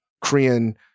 Korean